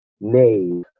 nave